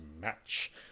match